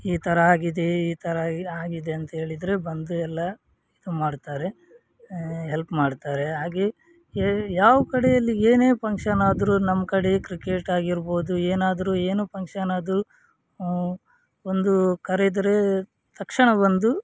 ಈ ಥರ ಆಗಿದೆ ಈ ಥರ ಆಗಿದೆ ಅಂತೇಳಿದರೆ ಬಂದು ಎಲ್ಲ ಇದು ಮಾಡ್ತಾರೆ ಹೆಲ್ಪ್ ಮಾಡ್ತಾರೆ ಹಾಗೇ ಯ ಯಾವ ಕಡೆಯಲ್ಲಿ ಏನೇ ಫಂಕ್ಷನಾದರೂ ನಮ್ಮ ಕಡೆ ಕ್ರಿಕೆಟ್ ಆಗಿರ್ಬೋದು ಏನಾದ್ರೂ ಏನು ಫಂಕ್ಷನ್ ಆದರೂ ಒಂದು ಕರೆದರೆ ತಕ್ಷಣ ಬಂದು